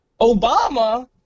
Obama